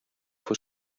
fue